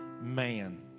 man